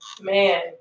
man